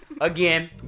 Again